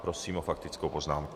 Prosím o faktickou poznámku.